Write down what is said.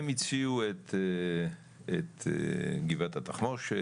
הם הציעו את גבעת התחמושת,